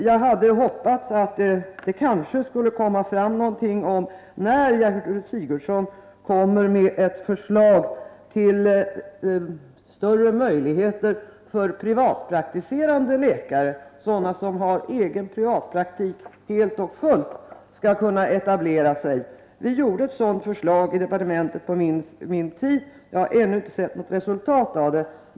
Jag hade hoppats att det skulle komma fram någon uppgift om när Gertrud Sigurdsen kommer med ett förslag beträffande större möjligheter för privatpraktiserande läkare, sådana som helt och fullt har egen privatpraktik, att etablera sig. Vi utarbetade ett sådant förslag i departementet på min tid, men jag har ännu inte sett något resultat av det.